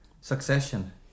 Succession